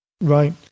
right